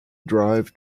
drive